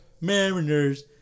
Mariners